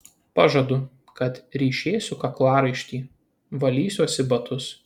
pažadu kad ryšėsiu kaklaraištį valysiuosi batus